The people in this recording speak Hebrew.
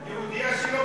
יהודייה שלא פוחדת,